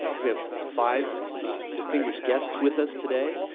we have five distinguished guests with us today.